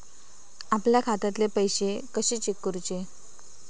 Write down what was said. आपल्या खात्यातले पैसे कशे चेक करुचे?